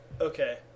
Okay